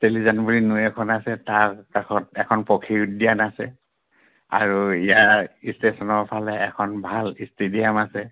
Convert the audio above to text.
নৈ এখন আছে তাৰ কাষত এখন পক্ষী উদ্যান আছে আৰু ইয়াৰ ষ্টেচনৰ ফালে এখন ভাল ষ্টেডিয়াম আছে